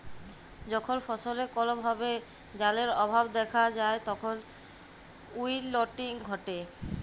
যখল ফসলে কল ভাবে জালের অভাব দ্যাখা যায় তখল উইলটিং ঘটে